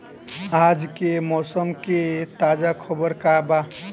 आज के मौसम के ताजा खबर का बा?